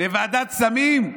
לוועדת סמים?